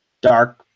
dark